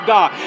God